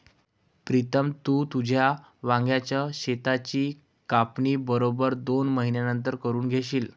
प्रीतम, तू तुझ्या वांग्याच शेताची कापणी बरोबर दोन महिन्यांनंतर करून घेशील